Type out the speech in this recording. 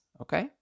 okay